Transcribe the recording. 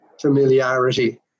familiarity